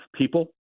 people